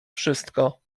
wszystko